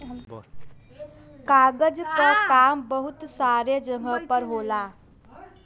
कागज क काम बहुत सारे जगह पर होला